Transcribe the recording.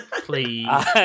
Please